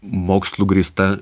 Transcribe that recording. mokslu grįsta